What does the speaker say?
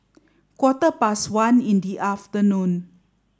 quarter past one in the afternoon